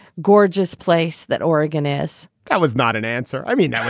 gorgeous place that oregon is that was not an answer. i mean,